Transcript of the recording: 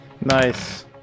Nice